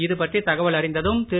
இதுபற்றி தகவல் அறிந்ததும் திரு